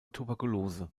tuberkulose